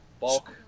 bulk